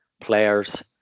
players